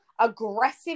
Aggressive